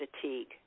fatigue